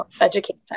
education